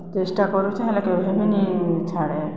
ଚେଷ୍ଟା କରୁଚେଁ ହେଲେ କେଭେ ବି ନି ଛାଡେ